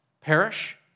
perish